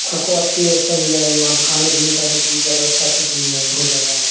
आपको अच्छी व्यवस्था मिल जाएगी वहाँ पर खाने पीने की सब चीज़ की व्यवस्था अच्छे से मिल जाएगी हो जाएगा आपको